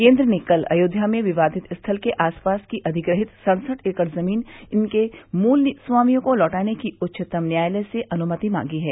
केन्द्र ने कल अयोध्या में विवादित स्थल के आसपास की अधिग्रहित सड़सठ एकड़ जमीन इसके मूल स्वामियों को लौटाने की उच्चतम न्यायालय से अनुमति मांगी है